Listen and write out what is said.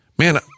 Man